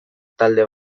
talde